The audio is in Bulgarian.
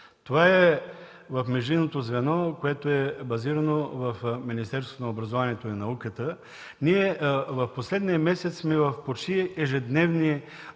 Това е в междинното звено, което е базирано в Министерството на образованието и науката. Ние в последния месец сме почти в ежедневни